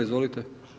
Izvolite.